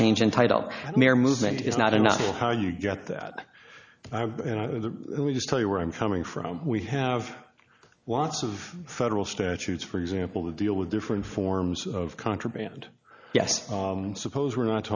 change in title mayor movement is not enough how you get that just tell you where i'm coming from we have lots of federal statutes for example that deal with different forms of contraband yes suppose we're not